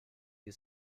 you